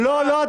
לא,